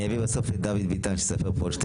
אני אביא בסוף את דוד ביטן שיספר פה עוד שתי